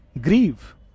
grieve